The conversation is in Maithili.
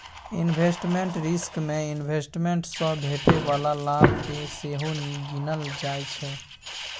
इन्वेस्टमेंट रिस्क मे इंवेस्टमेंट सँ भेटै बला लाभ केँ सेहो गिनल जाइ छै